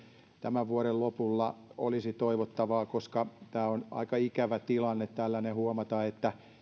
tämän vuoden lopulla se olisi toivottavaa koska on aika ikävää tällainen tilanne huomata että kun